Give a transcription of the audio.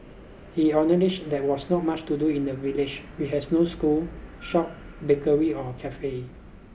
he acknowledged there was not much to do in the village which has no school shop bakery or cafe